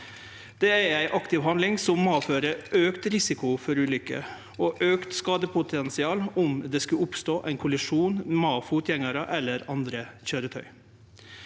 bil, er ei aktiv handling som medfører auka risiko for ulykker og auka skadepotensial om det skulle oppstå ein kollisjon med fotgjengarar eller med andre køyretøy.